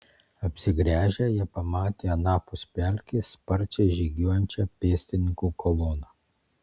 apsigręžę jie pamatė anapus pelkės sparčiai žygiuojančią pėstininkų koloną